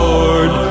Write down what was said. Lord